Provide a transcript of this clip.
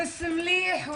זה כאילו הזום שבא אלינו